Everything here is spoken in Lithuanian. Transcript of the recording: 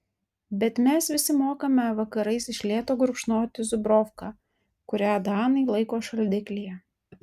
bet mes visi mokame vakarais iš lėto gurkšnoti zubrovką kurią danai laiko šaldiklyje